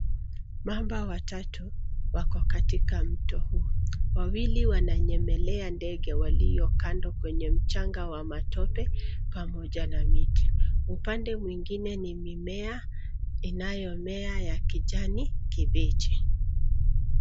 Mamba watatu wako katika mto huu. Wawili wananyemelea ndege walio kando kwenye mchanga wa matope pamoja na miti. Upande mwingine ni mimea inayomea ya kijani kibichi.